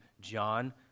John